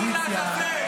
האופוזיציה